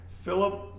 philip